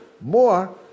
more